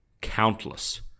countless